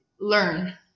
learn